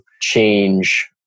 change